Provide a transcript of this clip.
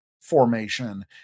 formation